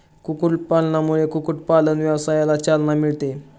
कुक्कुटपालनामुळे कुक्कुटपालन व्यवसायाला चालना मिळते